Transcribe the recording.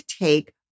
take